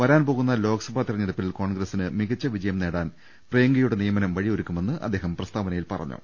വരാൻപോകുന്ന ലോക്സഭാ തിരുഞ്ഞെടുപ്പിൽ കോൺഗ്രസിന് മികച്ച വിജയംനേടാൻ പ്രിയങ്കയുടെ നിയമനം വഴിയൊരുക്കുമെന്ന് അദ്ദേഹം പ്രസ്താവനയിൽ പറഞ്ഞു